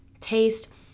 taste